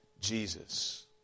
Jesus